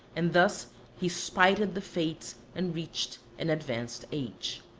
and thus he spited the fates and reached an advanced age.